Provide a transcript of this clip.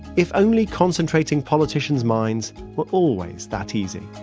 if only concentrating politicians' minds were always that easy